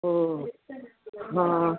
ओ